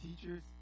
teachers